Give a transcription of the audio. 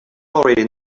already